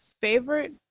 favorite